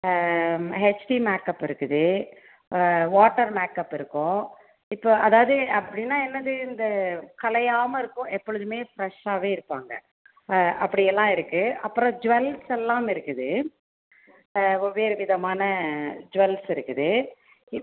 HD makeup இருக்குது water makeup இருக்கும் இப்போ அதாவது அப்படின்னா என்னது இந்த கலையாமல் இருக்கும் எப்பொழுதுமே ஃப்ரெஷ்ஷாகவே இருப்பாங்க அப்படியெல்லாம் இருக்குது அப்புறம் ஜுவல்ஸ் எல்லாம் இருக்குது வெவ்வேறு விதமான ஜுவல்ஸ் இருக்குது இப்